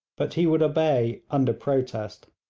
but he would obey under protest.